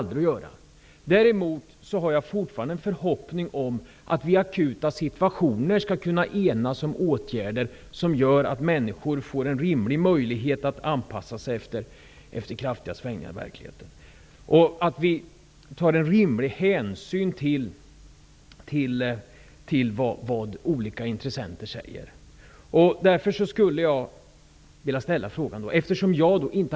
Däremot har jag fortfarande en förhoppning om att vi vid akuta situationer skall kunna enas om åtgärder som gör att människor får en rimlig möjlighet att anpassa sig efter kraftiga svängningar i verkligheten. Vi skall ta rimliga hänsyn till vad olika intressenter säger.